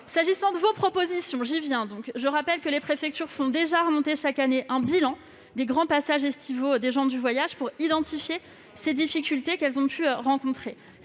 S'agissant de vos propositions, monsieur Pellevat, je rappelle que les préfectures établissent déjà chaque année un bilan des grands passages estivaux des gens du voyage, pour faire état des difficultés qu'elles ont pu rencontrer.